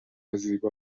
زیبا